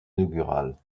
inaugural